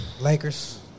Lakers